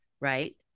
right